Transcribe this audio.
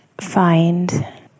find